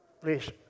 please